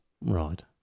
Right